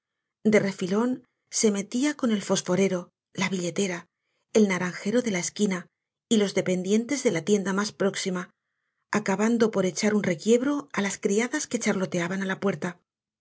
de refilón se metía con el fosforero la billetera el naranjero de la esquina y los dependientes de la tienda más próxima acabando por echar un requiebro á las criadas que charloteaban á la puerta